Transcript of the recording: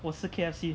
我吃 K_F_C